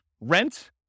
rent